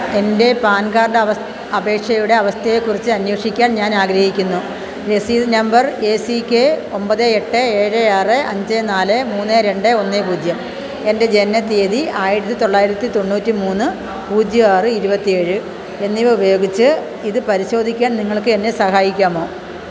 എൻ്റെ PAN card അവസ് അപേക്ഷയുടെ അവസ്ഥയെക്കുറിച്ച് അന്വേഷിക്കാൻ ഞാൻ ആഗ്രഹിക്കുന്നു രസീത് നമ്പർ എ സി കെ ഒമ്പത് എട്ട് ഏഴ് ആറ് അഞ്ച് നാല് മൂന്ന് രണ്ട് ഒന്ന് പൂജ്യം എൻ്റെ ജനനത്തീയതി ആയിരത്തി തൊള്ളായിരത്തി തൊണ്ണൂറ്റി മൂന്ന് പൂജ്യം ആറ് ഇരുപത്തി ഏഴ് എന്നിവ ഉപയോഗിച്ച് ഇത് പരിശോധിക്കാൻ നിങ്ങൾക്ക് എന്നെ സഹായിക്കാമോ